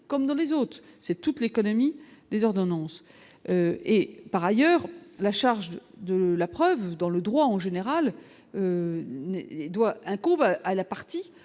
comme dans les autres, c'est toute l'économie des ordonnances et par ailleurs, la charge de la preuve dans le droit en général. Il. Doit incombe à la partie